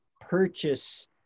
purchase